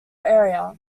area